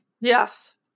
Yes